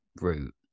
route